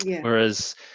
Whereas